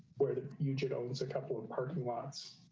where the huge it opens a couple of parking lots.